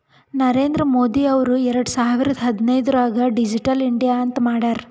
ನರೇಂದ್ರ ಮೋದಿ ಅವ್ರು ಎರಡು ಸಾವಿರದ ಹದಿನೈದುರ್ನಾಗ್ ಡಿಜಿಟಲ್ ಇಂಡಿಯಾ ಅಂತ್ ಮಾಡ್ಯಾರ್